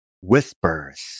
Whispers